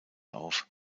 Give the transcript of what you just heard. auf